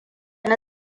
na